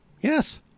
Yes